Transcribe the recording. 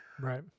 Right